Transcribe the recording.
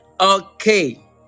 Okay